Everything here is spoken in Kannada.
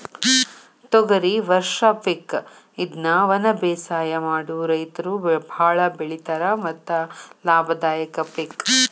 ತೊಗರಿ ವರ್ಷ ಪಿಕ್ ಇದ್ನಾ ವನಬೇಸಾಯ ಮಾಡು ರೈತರು ಬಾಳ ಬೆಳಿತಾರ ಮತ್ತ ಲಾಭದಾಯಕ ಪಿಕ್